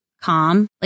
calm